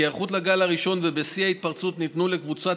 כהיערכות לגל הראשון ובשיא ההתפרצות ניתנו לקבוצת